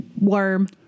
worm